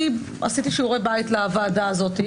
עשיתי שיעורי בית לוועדה הזאת,